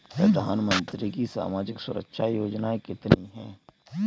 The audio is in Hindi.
प्रधानमंत्री की सामाजिक सुरक्षा योजनाएँ कितनी हैं?